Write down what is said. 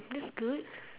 looks good